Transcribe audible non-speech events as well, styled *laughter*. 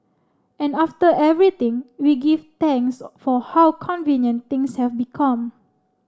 and after everything we give thanks *hesitation* for how convenient things have become